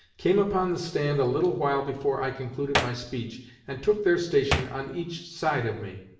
came upon the stand a little while before i concluded my speech and took their station on each side of me.